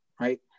Right